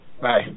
Bye